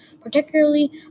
particularly